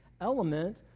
element